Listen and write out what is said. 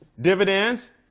Dividends